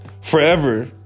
Forever